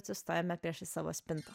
atsistojame priešais savo spintą